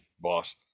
boss